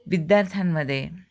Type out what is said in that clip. विद्यार्थ्यांमध्ये